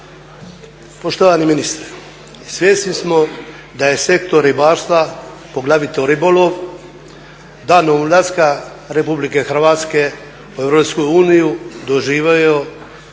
Poštovani ministre svjesni smo da je sektor ribarstva, poglavito ribolov, danom ulaska RH u EU doživio